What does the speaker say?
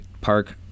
Park